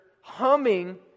humming